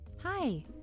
Hi